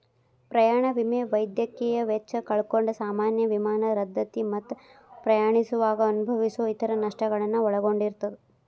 ಪ್ರಯಾಣ ವಿಮೆ ವೈದ್ಯಕೇಯ ವೆಚ್ಚ ಕಳ್ಕೊಂಡ್ ಸಾಮಾನ್ಯ ವಿಮಾನ ರದ್ದತಿ ಮತ್ತ ಪ್ರಯಾಣಿಸುವಾಗ ಅನುಭವಿಸೊ ಇತರ ನಷ್ಟಗಳನ್ನ ಒಳಗೊಂಡಿರ್ತದ